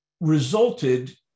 resulted